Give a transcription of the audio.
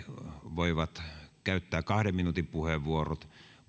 voivat käyttää kahden minuutin puheenvuorot